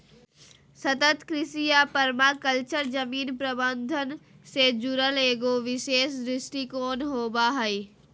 सतत कृषि या पर्माकल्चर जमीन प्रबन्धन से जुड़ल एगो विशेष दृष्टिकोण होबा हइ